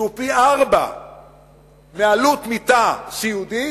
שהוא פי-ארבעה מעלות מיטה סיעודית,